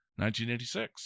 1986